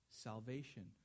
Salvation